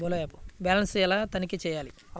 Balance ఎలా తనిఖీ చేయాలి?